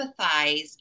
empathize